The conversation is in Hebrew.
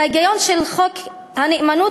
ההיגיון של חוק הנאמנות,